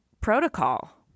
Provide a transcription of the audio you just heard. protocol